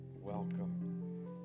welcome